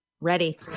ready